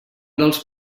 dels